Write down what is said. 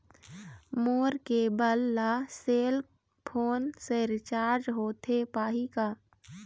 मोर cable ला cell phone से recharge होथे पाही का?